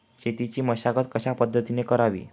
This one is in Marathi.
शेतीची मशागत कशापद्धतीने करावी?